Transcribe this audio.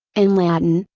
in latin,